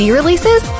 releases